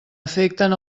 afecten